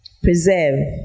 preserve